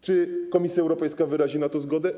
Czy Komisja Europejska wyrazi na to zgodę?